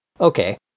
Okay